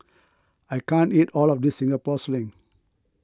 I can't eat all of this Singapore Sling